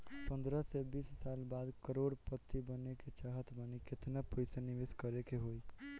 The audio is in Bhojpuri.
पंद्रह से बीस साल बाद करोड़ पति बने के चाहता बानी केतना पइसा निवेस करे के होई?